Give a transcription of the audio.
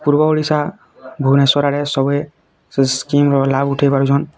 ପୂର୍ବ ଓଡ଼ିଶା ଭୁବନେଶ୍ୱର ଆଡ଼େ ସଭେ ସେ ସ୍କିମ୍ ର ଲାଭ୍ ଉଠେଇ ପରୁଛନ୍